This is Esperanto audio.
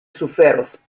suferos